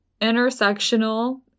intersectional